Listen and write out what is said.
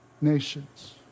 nations